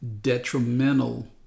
detrimental